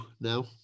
now